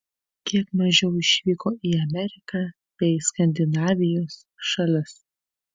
kiek mažiau išvyko į ameriką bei skandinavijos šalis